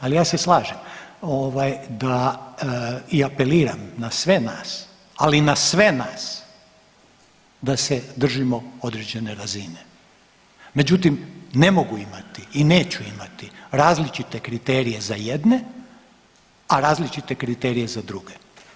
Ali ja se slažem da i apeliram na sve nas, ali na sve nas da se držimo određene razine. međutim, ne mogu imati i neću imati različite kriterije za jedne, a različite kriterije za druge.